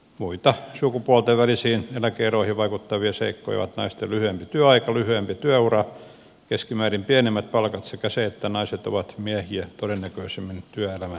muita sukupuolten välisiin eläke eroihin vaikuttavia seikkoja ovat naisten lyhyempi työaika lyhyempi työura ja keskimäärin pienemmät palkat sekä se että naiset ovat miehiä todennäköisemmin työelämän ulkopuolella